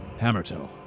Hammertoe